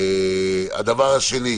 שנית,